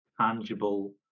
tangible